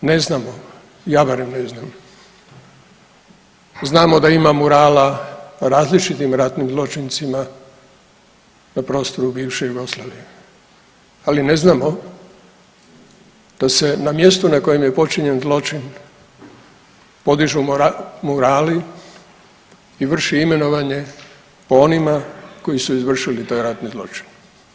Međutim, ne znamo, ja barem ne znam, znamo da ima murala različitim ratnim zločincima na prostoru bivše Jugoslavije, ali ne znamo da se na mjestu na kojem je počinjen zločin podižu murali i vrši imenovanje po onima koji su izvršili taj ratni zločin.